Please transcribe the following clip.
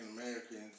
Americans